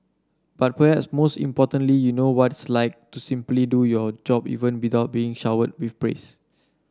but perhaps most importantly you know what it's like to simply do your job even without being showered with praise